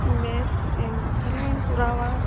ᱵᱮᱥ ᱮᱢ ᱛᱟᱦᱞᱮᱧ ᱠᱚᱨᱟᱣᱟ